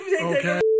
Okay